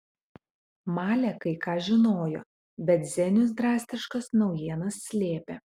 malė kai ką žinojo bet zenius drastiškas naujienas slėpė